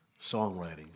songwriting